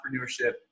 entrepreneurship